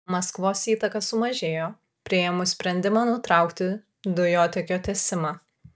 maskvos įtaka sumažėjo priėmus sprendimą nutraukti dujotiekio tiesimą